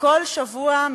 וכל שבוע,